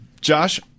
josh